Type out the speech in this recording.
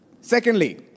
Secondly